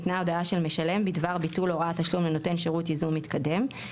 ניתנה הודעה של משלם בדבר ביטול הוראת תשלום לנותן שירות ייזום מתקדם,